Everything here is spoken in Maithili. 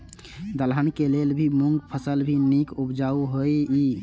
दलहन के लेल भी मूँग फसल भी नीक उपजाऊ होय ईय?